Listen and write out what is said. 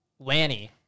Lanny